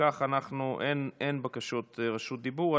אין בקשות רשות דיבור.